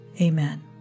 Amen